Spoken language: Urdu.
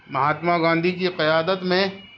مہاتما گاندھی کی قیادت میں